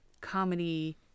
comedy